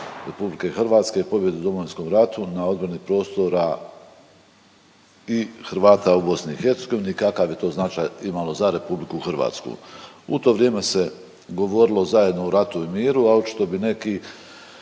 odbrani RH, pobjedi u Domovinskom ratu, na odbrani prostora i Hrvata u BiH, kakav je to značaj imalo za RH? U to vrijeme se govorilo zajedno o ratu i miru, a očito bi neki